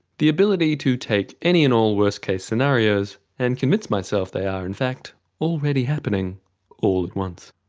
the ability to take any and all worst-case scenarios and convince myself they are in fact already happening all at once.